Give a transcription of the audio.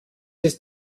ist